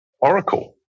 Oracle